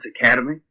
Academy